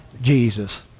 Jesus